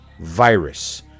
virus